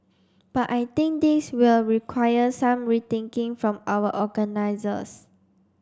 but I think this will require some rethinking from our organisers